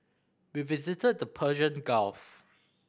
we visited the Persian Gulf